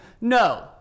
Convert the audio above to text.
No